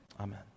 Amen